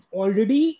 already